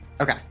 Okay